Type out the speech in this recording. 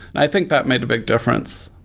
i think that made a big difference.